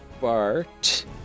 Bart